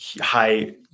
high